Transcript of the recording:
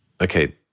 okay